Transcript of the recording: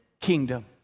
kingdom